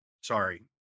sorry